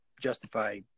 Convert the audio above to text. justify